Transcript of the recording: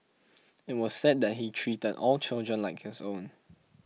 it was said that he treated all children like his own